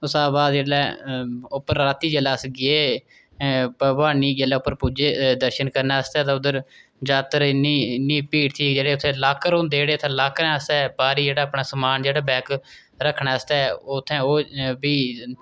उसदा बाद जेल्लै उप्पर रातीं जेल्लै अस गे भवन जेल्लै उप्पर पुज्जे दर्शन करने आस्तै तां उद्धर जात्तरा इन्नी इन्नी भीड़ थी जेह्के उत्थै लाकर होंदे जेह्ड़े उत्थै लाकरें असें पाई री जेह्ड़ा अपना समान जेह्ड़ा बैग रक्खने आस्तै ओह् उत्थै ओह् भी